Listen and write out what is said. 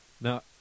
Now